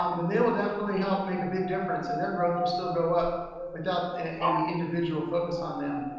um then they will definitely help make a big difference. and their growth will still go up without any individual focus on them.